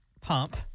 pump